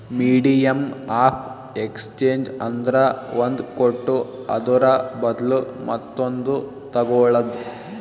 medium of exchange ಅಂದ್ರ ಒಂದ್ ಕೊಟ್ಟು ಅದುರ ಬದ್ಲು ಮತ್ತೊಂದು ತಗೋಳದ್